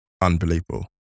unbelievable